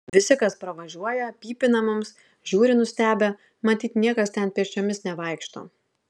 visi kas pravažiuoja pypina mums žiūri nustebę matyt niekas ten pėsčiomis nevaikšto